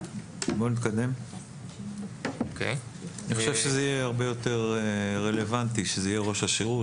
אני חושב שזה יהיה הרבה יותר רלוונטי שזה יהיה ראש השירות